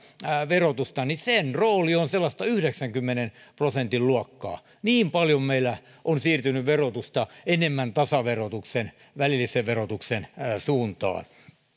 verotusta niin tasaverotuksen rooli on sellaista yhdeksänkymmenen prosentin luokkaa niin paljon meillä on siirtynyt verotusta enemmän tasaverotuksen välillisen verotuksen suuntaan